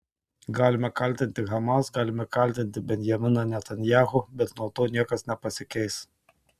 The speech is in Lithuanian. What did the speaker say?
galime kaltinti hamas galime kaltinti benjaminą netanyahu bet nuo to niekas nepasikeis